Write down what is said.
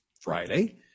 Friday